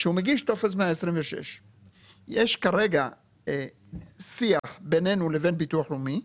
כשהוא מגיש טופס 126. יש כרגע שיח בינינו לבין ביטוח לאומי,